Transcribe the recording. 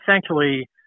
essentially